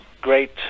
great